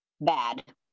bad